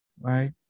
right